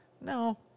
no